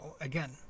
again